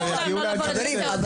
אסור להם לא לבוא לדיון,